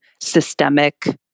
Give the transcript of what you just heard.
systemic